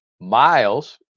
Miles